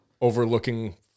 overlooking